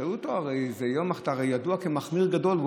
שאלו אותו: אתה הרי ידוע כמחמיר גדול,